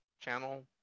channel